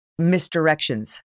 misdirections